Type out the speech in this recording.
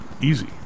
easy